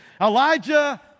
Elijah